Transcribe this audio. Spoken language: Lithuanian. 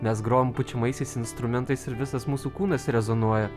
mes grojam pučiamaisiais instrumentais ir visas mūsų kūnas rezonuoja